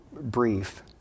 brief